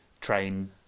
train